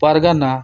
ᱯᱟᱨᱜᱟᱱᱟ